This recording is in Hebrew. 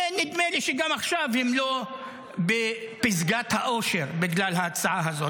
ונדמה לי שגם עכשיו הן לא בפסגת האושר בגלל ההצעה הזאת.